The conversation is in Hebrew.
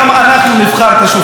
אנחנו גם נבחר את השופטים.